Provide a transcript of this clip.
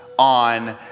On